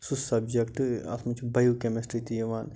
سُہ سبجکٹ اتھ منٛز چھِ بیو کٮ۪مسٹری تہِ یِوان